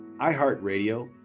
iHeartRadio